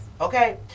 Okay